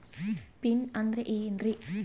Pin ಅಂದ್ರೆ ಏನ್ರಿ?